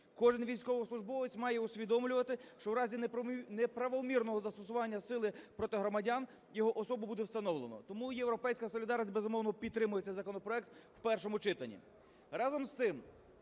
Кожен військовослужбовець має усвідомлювати, що в разі неправомірного застосування сили проти громадян, його особу буде встановлено. Тому "Європейська солідарність", безумовно, підтримує цей законопроект в першому читанні.